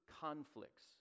conflicts